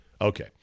Okay